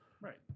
Right